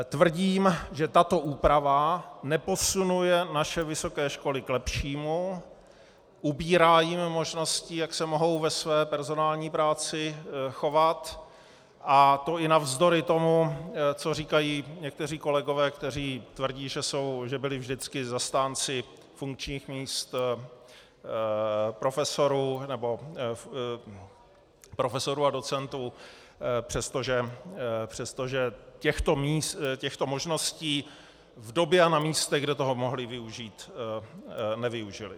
Tvrdím, že tato úprava neposunuje naše vysoké školy k lepšímu, ubírá jim možností, jak se mohou ve své personální práci chovat, a to i navzdory tomu, co říkají někteří kolegové, kteří tvrdí, že jsou a byli vždycky zastánci funkčních míst profesorů nebo docentů, přestože těchto míst, těchto možností v době a na místech, kde toho mohli využít, nevyužili.